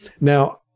Now